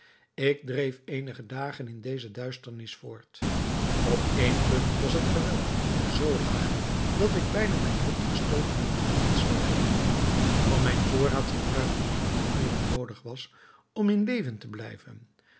ik dreef eenige dagen in deze duisternis voort op één punt was het gewelf zoo laag dat ik bijna mijn hoofd gestooten en gewond zou hebben van mijn voorraad gebruikte ik niet meer dan noodig was om in leven te blijven